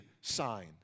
sign